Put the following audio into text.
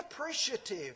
appreciative